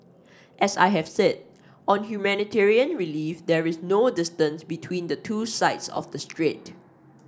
as I have said on humanitarian relief there is no distance between the two sides of the strait